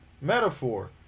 metaphor